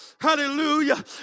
Hallelujah